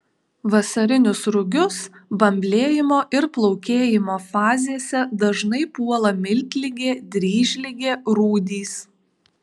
vasarinius rugius bamblėjimo ir plaukėjimo fazėse dažnai puola miltligė dryžligė rūdys